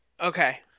Okay